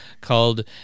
called